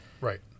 Right